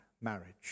marriage